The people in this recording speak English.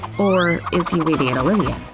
or is he waving at olivia?